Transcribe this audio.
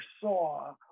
saw